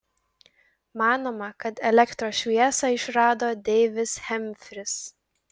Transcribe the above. manoma kad elektros šviesą išrado deivis hemfris